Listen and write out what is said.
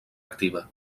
activa